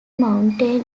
mountain